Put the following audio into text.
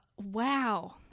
Wow